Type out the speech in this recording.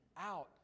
out